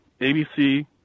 ABC